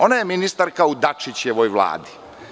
Ona je ministarka u Dačićevoj Vladi.